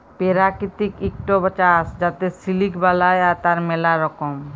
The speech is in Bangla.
পেরাকিতিক ইকট চাস যাতে সিলিক বালাই, তার ম্যালা রকম